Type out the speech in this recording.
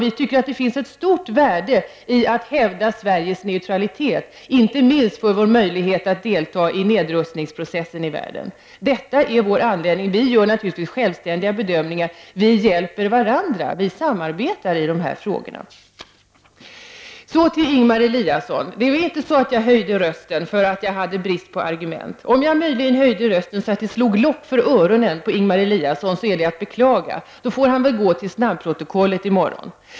Vi tycker att det finns ett stort värde i att hävda Sveriges neutralitet, inte minst för vår möjlighet att delta i nedrustningsprocessen i världen. Detta är anledningen. Vi gör naturligtvis självständiga bedömningar. Vi hjälper varandra. Vi samarbetar i dessa frågor. Så till Ingemar Eliasson. Jag höjde inte rösten därför att jag hade brist på argument. Om jag möjligen höjde rösten så att det slog lock för öronen på Ingemar Eliasson, är det att beklaga. Då får han väl gå till snabbprotokollet i morgon.